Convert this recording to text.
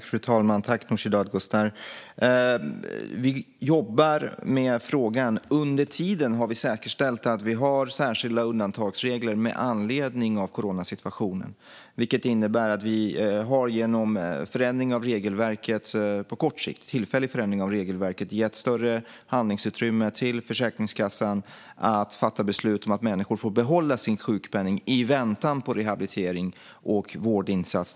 Fru talman! Vi jobbar med frågan. Under tiden har vi säkerställt att vi har särskilda undantagsregler med anledning av coronasituationen. Det innebär att vi genom tillfällig förändring av regelverket på kort sikt har gett större handlingsutrymme till Försäkringskassan att fatta beslut om att människor får behålla sin sjukpenning i väntan på rehabilitering och vårdinsats.